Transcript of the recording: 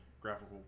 graphical